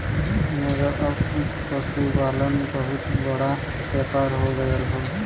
मगर अब पसुपालन बहुते बड़का व्यापार हो गएल हौ